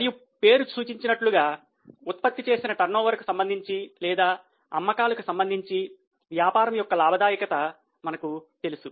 మరియు పేరు సూచించినట్లుగా ఉత్పత్తి చేసిన టర్నోవర్కు సంబంధించి లేదా అమ్మకాలకు సంబంధించి వ్యాపారం యొక్క లాభదాయకత మనకు తెలుసు